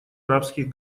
арабских